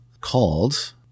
called